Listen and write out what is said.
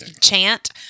Chant